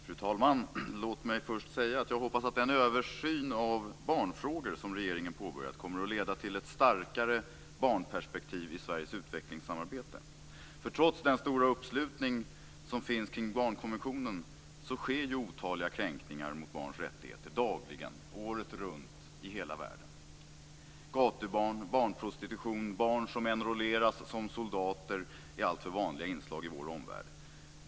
Fru talman! Låt mig först säga att jag hoppas att den översyn av barnfrågor som regeringen påbörjat kommer att leda till ett starkare barnperspektiv i Sveriges utvecklingssamarbete. Trots den stora uppslutning som finns kring barnkonventionen sker otaliga kränkningar mot barns rättigheter dagligen, året runt, i hela världen. Gatubarn, barnprostitution och barn som enrolleras som soldater är alltför vanliga inslag i vår omvärld.